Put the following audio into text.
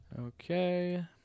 Okay